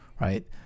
right